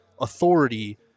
authority